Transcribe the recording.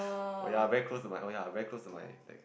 oh ya very close to my oh ya very close to my